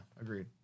agreed